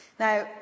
Now